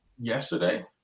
yesterday